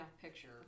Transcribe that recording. picture